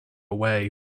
away